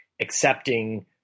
accepting